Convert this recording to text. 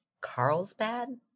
carlsbad